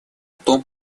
том